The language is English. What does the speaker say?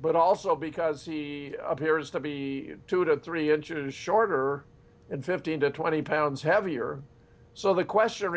but also because he appears to be two to three inches shorter and fifteen to twenty pounds heavier so the question